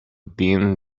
din